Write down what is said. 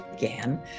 began